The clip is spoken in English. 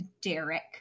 Derek